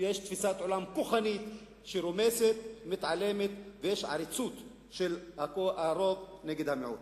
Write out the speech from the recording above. יש תפיסת עולם כוחנית שרומסת ומתעלמת ויש עריצות של הרוב נגד המיעוט.